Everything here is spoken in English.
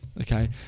okay